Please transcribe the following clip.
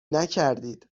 نکردید